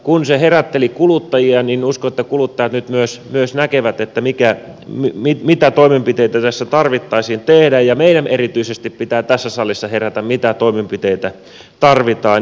kun se herätteli kuluttajia niin uskon että kuluttajat nyt myös näkevät mitä toimenpiteitä tässä tarvittaisiin tehdä ja meidän erityisesti pitää tässä salissa herätä siihen mitä toimenpiteitä tarvitaan